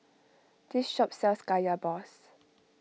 this shop sells Kaya Balls